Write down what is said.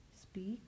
speak